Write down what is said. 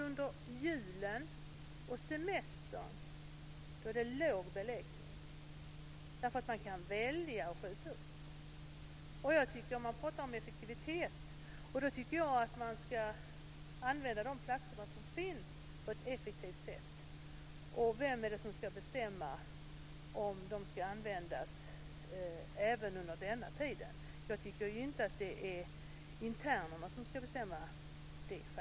Under julen och semestern är det t.ex. låg beläggning, för man kan välja att skjuta upp. Jag tycker om att prata om effektivitet och tycker att man ska använda de platser som finns på ett effektivt sätt. Vem är det som ska bestämma om de ska användas även under den tiden? Jag tycker faktiskt inte att det är internerna som ska bestämma det.